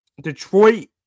Detroit